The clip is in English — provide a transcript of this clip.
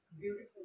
Beautiful